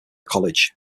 college